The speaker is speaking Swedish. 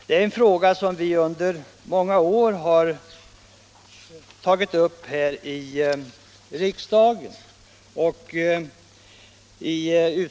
Denna fråga har under många år behandlats här i riksdagen. Pås.